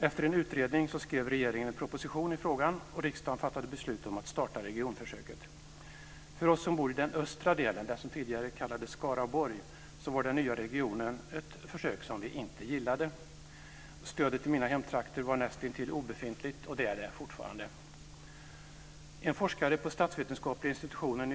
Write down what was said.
Efter en utredning skrev regeringen en proposition i frågan, och riksdagen fattade beslut om att starta regionförsöket. För oss som bor i den östra delen, Skaraborg, var den nya regionen ett försök som vi inte gillade. Stödet i mina hemtrakter var näst intill obefintligt och är det fortfarande.